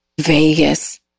Vegas